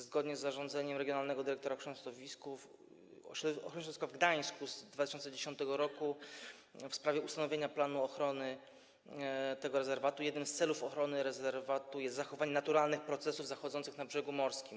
Zgodnie z zarządzeniem regionalnego dyrektora ochrony środowiska w Gdańsku z 2010 r. w sprawie ustanowienia planu ochrony tego rezerwatu jednym z celów ochrony rezerwatu jest zachowanie naturalnych procesów zachodzących na brzegu morskim.